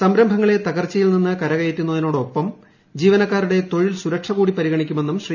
സംരംഭങ്ങളെ തകർച്ചയിൽ നിന്ന് കരകയറ്റുന്നതിനോടൊപ്പം ജീവനക്കാരുടെ തൊഴിൽ സുരക്ഷ കൂടി പരിഗണിക്കുമെന്നും ശ്രീ